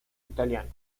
italiano